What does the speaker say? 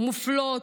מופלות,